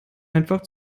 einfach